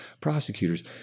prosecutors